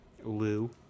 lou